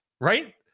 right